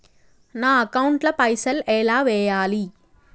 నా అకౌంట్ ల పైసల్ ఎలా వేయాలి?